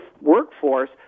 workforce